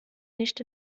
nicht